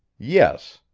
yes,